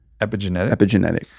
epigenetic